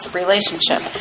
relationship